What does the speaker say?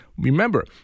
Remember